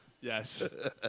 Yes